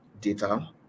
data